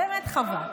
באמת חבל.